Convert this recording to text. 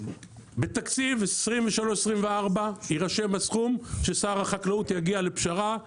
בתקציב 23'-24' יירשם הסכום ששר החקלאות יגיע לפשרה לגביו.